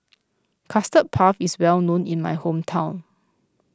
Custard Puff is well known in my hometown